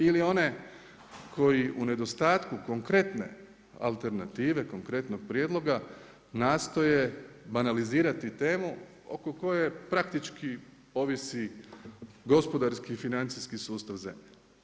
Ili one koji u nedostatku konkretne alternative, konkretnog prijedloga nastoje banalizirati temu oko koje praktički ovisi gospodarski i financijski sustav zemlje.